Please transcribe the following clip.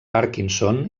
parkinson